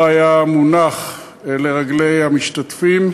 הדבר היה מונח לרגלי המשתתפים,